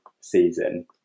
season